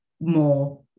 more